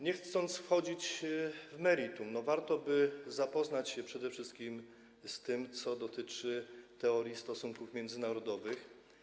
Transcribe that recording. Nie chcąc wchodzić w meritum, warto zapoznać się przede wszystkim z tym, co dotyczy teorii stosunków międzynarodowych.